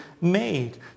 made